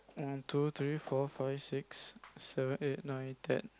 one two three four five six seven eight nine ten